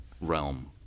realm